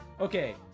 Okay